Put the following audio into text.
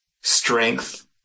strength